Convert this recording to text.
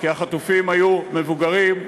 כי החטופים היו מבוגרים,